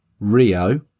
Rio